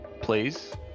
Please